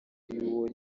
y’uwo